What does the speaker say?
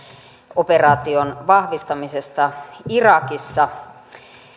operaation vahvistamisesta irakissa